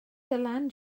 dylan